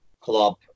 club